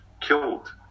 killed